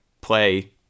play